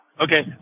okay